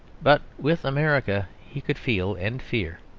but with america he could feel and fear.